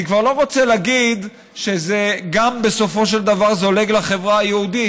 אני כבר לא רוצה להגיד שזה גם בסופו של דבר זולג לחברה היהודית,